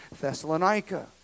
Thessalonica